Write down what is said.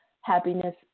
happiness